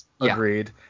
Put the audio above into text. Agreed